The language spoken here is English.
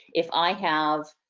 if i have,